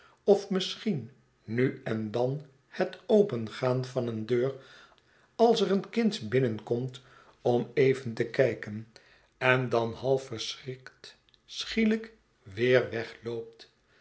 of misschien nu en dan het opengaan van een deur als er een kind binnenkomt om even te kijken en dan half verschrikt schielljk weer wegloopt